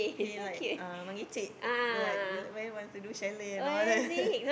he like uh megecek like we where want to chalet and all that